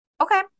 Okay